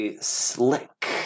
Slick